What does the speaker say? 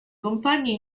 compagni